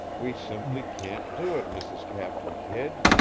we simply can't do it, mrs. captain kidd.